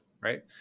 Right